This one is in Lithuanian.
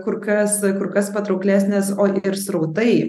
kur kas kur kas patrauklesnės o ir srautai